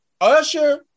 Usher